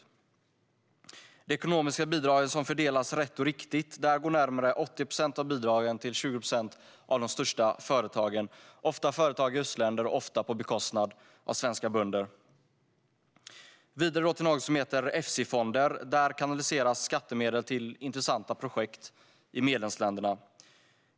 När det gäller de ekonomiska bidrag som fördelas rätt och riktigt går närmare 80 procent av de bidragen till 20 procent av de största företagen. Det är ofta företag i östländer, och detta sker ofta på bekostnad av svenska bönder. Jag ska gå vidare till något som heter Efsi. Där kanaliseras skattemedel till intressanta projekt i medlemsländerna.